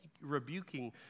rebuking